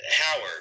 Howard